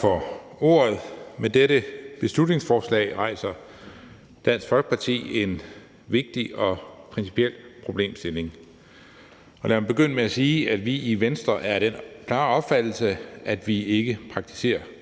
for ordet. Med dette beslutningsforslag rejser Dansk Folkeparti en vigtig og principiel problemstilling. Lad mig begynde med at sige, at vi i Venstre er af den klare opfattelse, at vi ikke praktiserer